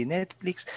Netflix